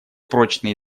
прочные